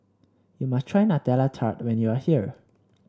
you must try Nutella Tart when you are here